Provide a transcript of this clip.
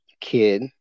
kid